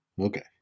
Okay